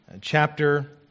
chapter